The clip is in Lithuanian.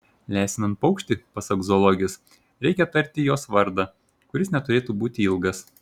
lesinant paukštį pasak zoologės reikia tarti jos vardą kuris neturėtų būti ilgas